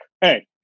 Hey